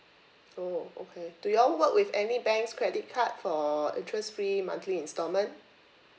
oh okay do you all work with any banks credit card for interest free monthly installment